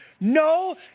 No